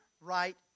right